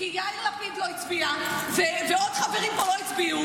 כי יאיר לפיד לא הצביע ועוד חברים פה לא הצביעו,